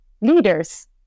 leaders